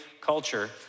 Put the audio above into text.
culture